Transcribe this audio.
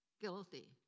guilty